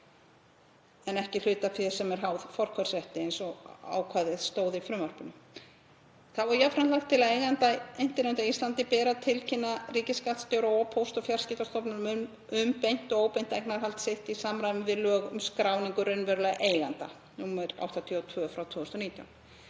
en ekki hlutaféð sem er háð forkaupsrétti eins og ákvæðið stóð í frumvarpinu. Þá er jafnframt lagt til að eiganda Internet á Íslandi, ISNIC, beri að tilkynna ríkisskattstjóra og Póst- og fjarskiptastofnun um beint og óbeint eignarhald sitt í samræmi við lög um skráningu raunverulegra eigenda, nr. 82/2019.